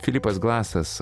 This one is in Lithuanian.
filipas glasas